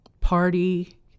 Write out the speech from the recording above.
party